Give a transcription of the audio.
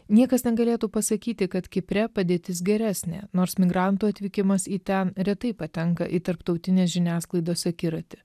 niekas negalėtų pasakyti kad kipre padėtis geresnė nors migrantų atvykimas į ten retai patenka į tarptautinės žiniasklaidos akiratį